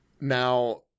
Now